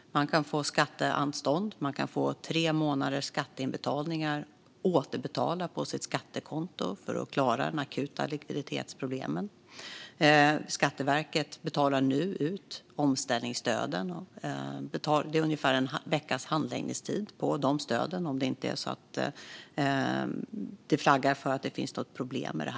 Man kan få skatteanstånd. Man kan få tre månaders skatteinbetalningar återbetalda på sitt skattekonto för att klara de akuta likviditetsproblemen. Skatteverket betalar nu ut omställningsstöden. Det är ungefär en veckas handläggningstid på de stöden, om det inte flaggas för att det finns något problem med dem.